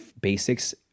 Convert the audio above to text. basics